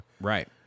right